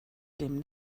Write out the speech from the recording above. dem